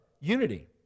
unity